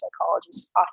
psychologist's